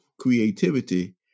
creativity